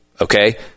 okay